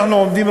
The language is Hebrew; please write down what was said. אנחנו עומדים,